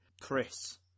Chris